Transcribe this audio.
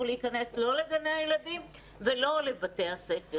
להיכנס לא לגני הילדים ולא לבתי הספר.